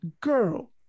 girl